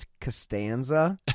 Costanza